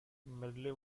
medley